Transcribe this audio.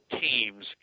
teams